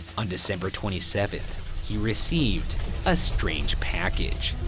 on december twenty seventh, he received a strange package.